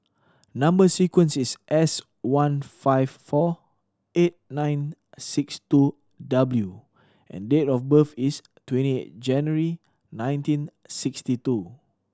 number sequence is S one five four eight nine six two W and date of birth is twenty eight January nineteen sixty two